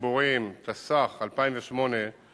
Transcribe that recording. ועדת הכנסת תחליט לאיזו ועדה תועבר הצעת